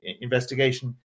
investigation